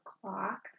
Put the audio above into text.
clock